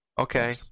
Okay